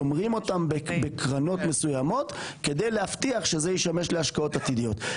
שומרים אותם בקרנות מסוימות כדי להבטיח שזה ישמש להשקעות עתידיות.